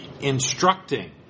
instructing